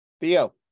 Theo